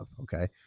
Okay